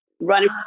running